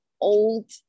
old